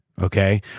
Okay